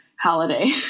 holiday